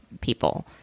people